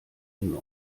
nun